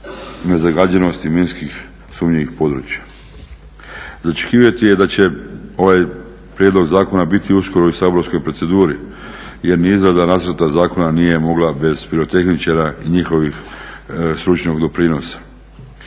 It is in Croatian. nezagađenosti minskih sumnjivih područja. Za očekivati je da će ovaj prijedlog zakona biti uskoro u saborskoj proceduri jer ni izrada nacrta zakona nije mogla bez pirotehničara i njihovog stručnog doprinosa.